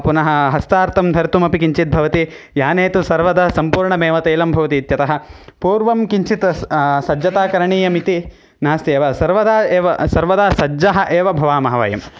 पुनः हस्तार्थं धर्तुमपि किञ्चिद् भवति याने तु सर्वदा सम्पूर्णमेव तैलं भवतीत्यतः पूर्वं किञ्चित् स् सज्जता करणीयमिति नास्ति एव सर्वदा एव सर्वदा सज्जः एव भवामः वयम्